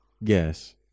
yes